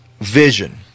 vision